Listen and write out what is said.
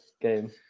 game